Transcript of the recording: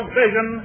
vision